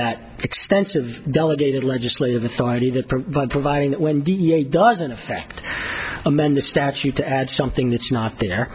that extensive delegated legislative authority that by providing when d n a doesn't effect amend the statute to add something that's not there